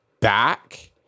back